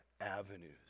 avenues